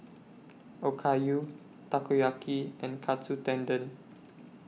Okayu Takoyaki and Katsu Tendon